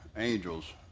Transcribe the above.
angels